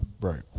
Right